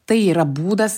tai yra būdas